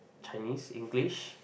Chinese English